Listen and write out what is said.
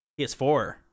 PS4